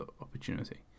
opportunity